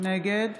נגד